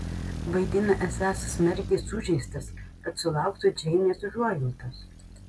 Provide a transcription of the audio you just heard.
vaidina esąs smarkiai sužeistas kad sulauktų džeinės užuojautos